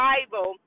Bible